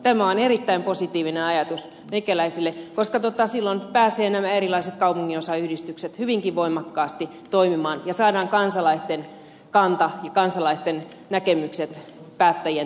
tämä on erittäin positiivinen ajatus meikäläiselle koska silloin pääsevät nämä erilaiset kaupunginosayhdistykset hyvinkin voimakkaasti toimimaan ja saadaan kansalaisten kanta ja kansalaisten näkemykset päättäjien tietoisuuteen